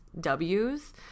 Ws